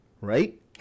right